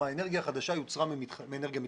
מהאנרגיה החדשה יוצרה מאנרגיה מתחדשת.